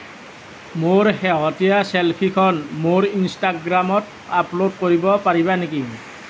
মোৰ শেহতীয়া চেলফিখন মোৰ ইনষ্টাগ্ৰামত আপল'ড কৰিব পাৰিবা নেকি